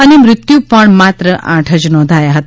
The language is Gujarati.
અને મૃત્યુ પણ માત્ર આઠ જ નોધાયા હતા